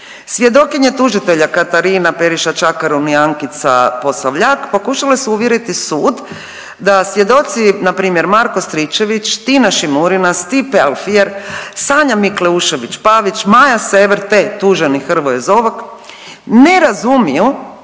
Svjedokinja tužitelja Katarina Periša Čakarun i Ankica Posavljak pokušale su uvjeriti sud da svjedoci npr. Marko Stričević, Tina Šimurina, Stipe Alfier, Sanja Mikleušević Pavić, Maja Sever te tuženi Hrvoje Zovak ne razumiju